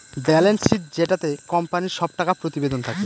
balance sheet যেটাতে কোম্পানির সব টাকা প্রতিবেদন থাকে